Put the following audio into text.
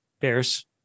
Bears